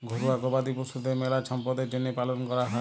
ঘরুয়া গবাদি পশুদের মেলা ছম্পদের জ্যনহে পালন ক্যরা হয়